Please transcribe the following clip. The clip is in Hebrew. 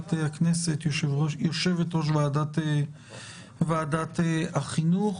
חברת הכנסת השכל, יושבת-ראש ועדת החינוך.